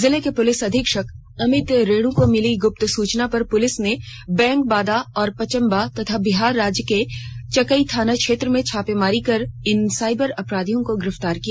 जिले के पुलिस अधीक्षक अमित रेणु को मिली ग्रप्त सूचना पर पुलिस ने बेंगाबाद और पचम्बा तथा बिहार राज्य के चकाई थाना क्षेत्र में छापेमारी कर इन साइबर अपराधियों को गिरफ्तार किया